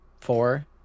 four